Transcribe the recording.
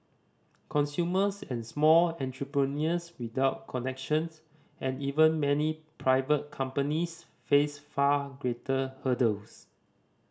consumers and small entrepreneurs without connections and even many private companies face far greater hurdles